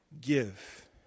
give